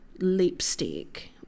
lipstick